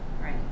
right